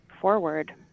forward